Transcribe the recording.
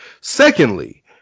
Secondly